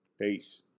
Peace